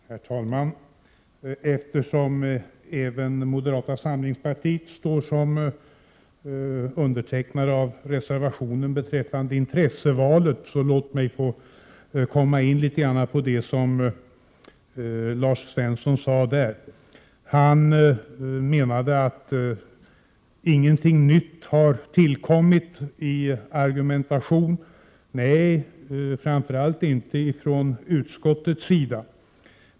Herr talman! Låt mig gå in på det som Lars Svensson sade om intressevalet, eftersom även moderata samlingspartiet står som undertecknare av en reservation som gäller detta. Lars Svensson menade att ingenting nytt tillkommit i argumentationen. Nej, det har det inte, framför allt inte från utskottets sida.